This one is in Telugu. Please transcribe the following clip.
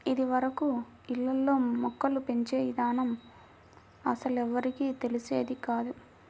ఇదివరకు ఇళ్ళల్లో మొక్కలు పెంచే ఇదానం అస్సలెవ్వరికీ తెలిసేది కాదు